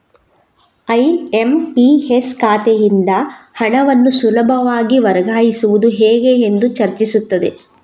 IMPS ಖಾತೆಯಿಂದ ಹಣವನ್ನು ಸುಲಭವಾಗಿ ವರ್ಗಾಯಿಸುವುದು ಹೇಗೆ ಎಂದು ಚರ್ಚಿಸುತ್ತದೆ